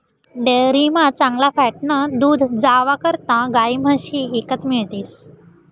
डेअरीमा चांगला फॅटनं दूध जावा करता गायी म्हशी ईकत मिळतीस